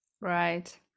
Right